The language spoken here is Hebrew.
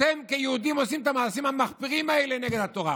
אתם כיהודים עושים את המעשים המחפירים האלה נגד התורה.